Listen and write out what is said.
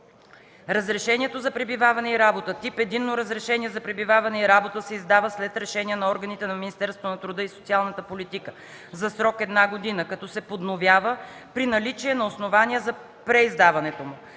Разрешението за пребиваване и работа тип „единно разрешение за пребиваване и работа” се издава след решение на органите на Министерството на труда и социалната политика за срок една година, като се подновява при наличие на основания за преиздаването му.